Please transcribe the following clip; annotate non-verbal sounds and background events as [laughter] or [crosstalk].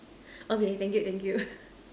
[breath] okay thank you thank you [noise]